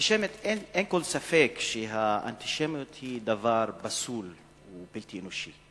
אין כל ספק שהאנטישמיות היא דבר פסול ובלתי אנושי,